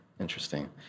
Interesting